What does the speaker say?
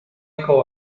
michael